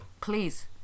please